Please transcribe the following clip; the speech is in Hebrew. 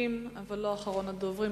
המציעים אבל לא אחרון הדוברים,